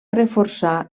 reforçar